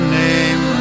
name